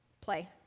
Play